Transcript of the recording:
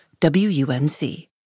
WUNC